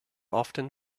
often